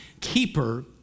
keeper